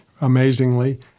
amazingly